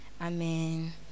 Amen